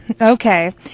Okay